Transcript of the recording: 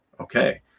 Okay